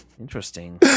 Interesting